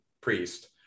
priest